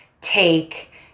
take